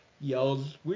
yells